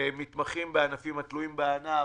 מתמחים בענפים התלויים בענף,